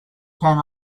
can